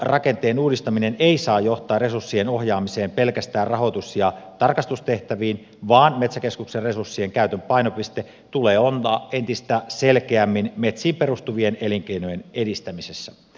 organisaatiorakenteen uudistaminen ei saa johtaa resurssien ohjaamiseen pelkästään rahoitus ja tarkastustehtäviin vaan metsäkeskuksen resurssien käytön painopisteen tulee olla entistä selkeämmin metsiin perustuvien elinkeinojen edistämisessä